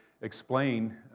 explain